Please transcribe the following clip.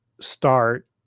start